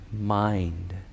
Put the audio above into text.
mind